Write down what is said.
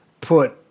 put